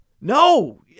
no